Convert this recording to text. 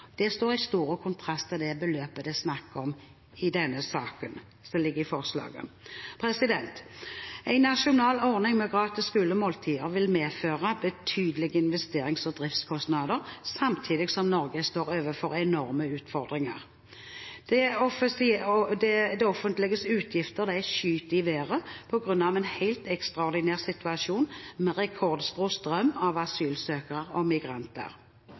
Det står i stor kontrast til det beløpet det er snakk om i det forslaget som foreligger i denne saken. En nasjonal ordning med gratis skolemåltider vil medføre betydelige investerings- og driftskostnader, samtidig som Norge står overfor enorme utfordringer. Det offentliges utgifter skyter i været på grunn av en helt ekstraordinær situasjon med rekordstor strøm av asylsøkere og migranter.